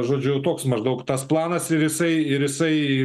žodžiu toks maždaug tas planas ir jisai ir jisai